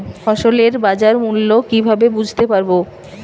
ফসলের বাজার মূল্য কিভাবে বুঝতে পারব?